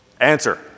Answer